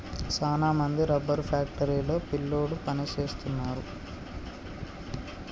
సాన మంది rubber factory లో పిల్లోడు పని సేస్తున్నారు